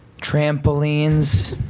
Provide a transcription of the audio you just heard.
trampolines